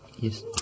Yes